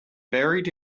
buried